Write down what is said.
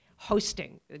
hosting